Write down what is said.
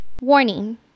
Warning